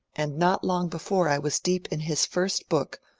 and not long before i was deep in his first book,